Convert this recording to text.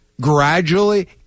gradually